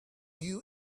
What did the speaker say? you